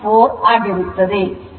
4 ಆಗಿರುತ್ತದೆ